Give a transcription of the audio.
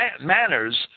manners